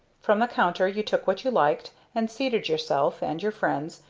from the counter you took what you liked, and seated yourself, and your friends,